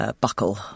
buckle